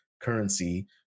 currency